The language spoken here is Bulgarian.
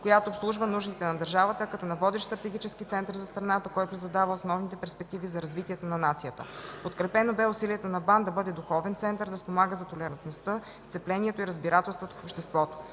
която обслужва нуждите на държавата, а като на водещ стратегически център за страната, който задава основните перспективи за развитието на нацията. Подкрепено бе усилието на БАН да бъде духовен център, да спомага за толерантността, сцеплението и разбирателството в обществото.